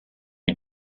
you